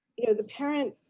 you know the parent